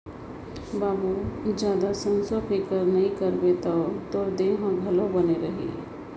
बाबू जादा संसो फिकर नइ करबे तौ जोर देंव घलौ बने रही